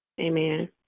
Amen